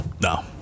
No